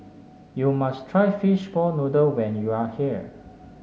you must try Fishball Noodle when you are here